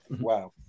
wow